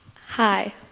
Hi